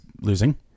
losing